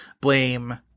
blame